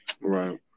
Right